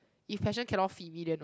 if passion cannot feed me then